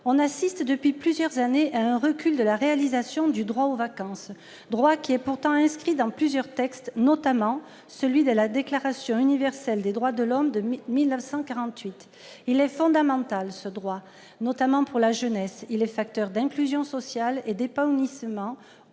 on assiste depuis plusieurs années à un recul de la réalisation du droit aux vacances, un droit pourtant inscrit dans plusieurs textes, notamment dans la Déclaration universelle des droits de l'homme de 1948. Ce droit est fondamental, notamment pour la jeunesse. Il est facteur d'inclusion sociale et d'épanouissement,